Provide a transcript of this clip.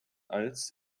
als